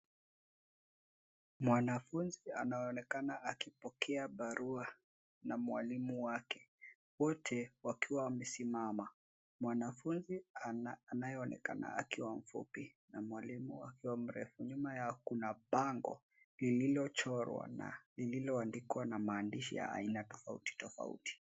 Mwanafunzi anaonekana akipokea barua na mwalimu wake, wote wakiwa wamesimama, mwanafunzi anayeonekana akiwa mfupi na mwali akiwa mrefu. Nyuma yao kuna bango lililochorwa na lililoandikwa na maadishi ya aina tofautitofauti.